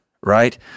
right